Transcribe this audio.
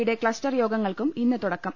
യുടെ ക്ലസ്റ്റർ യോഗങ്ങൾക്കും ഇന്ന് തുടക്കം